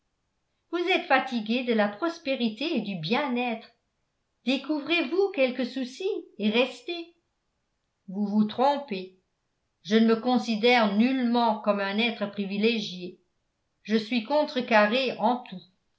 vous êtes fatigué de la prospérité et du bien-être découvrez vous quelques soucis et restez vous vous trompez je ne me considère nullement comme un être privilégié je suis contrecarré en tout